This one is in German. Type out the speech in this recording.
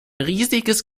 riesiges